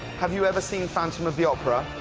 have you ever seen phantom of the opera?